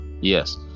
yes